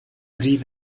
drie